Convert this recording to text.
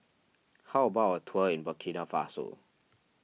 how about a tour in Burkina Faso